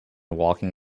walking